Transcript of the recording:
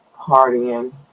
partying